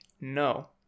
no